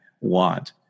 want